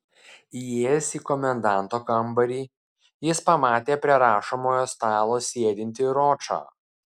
įėjęs į komendanto kambarį jis pamatė prie rašomojo stalo sėdintį ročą